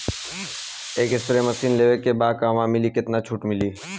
एक spray machine लेवे के बा कहवा मिली केतना छूट मिली?